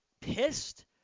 pissed